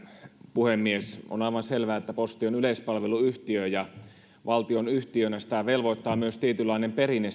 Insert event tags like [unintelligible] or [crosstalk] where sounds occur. puhemies on aivan selvää että posti on yleispalveluyhtiö ja valtionyhtiönä sitä velvoittaa myös tietynlainen perinne [unintelligible]